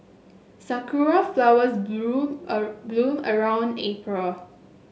sakura flowers bloom a bloom around April